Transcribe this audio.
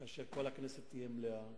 כאשר כל הכנסת תהיה מלאה.